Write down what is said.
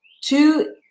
Two